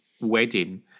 wedding